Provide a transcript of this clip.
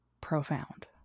profound